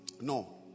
No